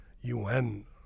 UN